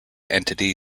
entity